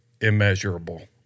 immeasurable